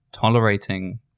tolerating